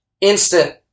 Instant